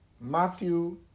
Matthew